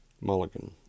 Mulligan